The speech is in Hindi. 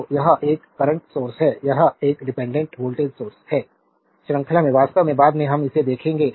तो यह एक करंट सोर्स है यह एक डिपेंडेंट वोल्टेज सोर्स है श्रृंखला है वास्तव में बाद में हम इसे देखेंगे